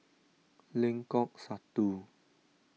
Lengkok Satu